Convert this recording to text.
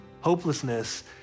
hopelessness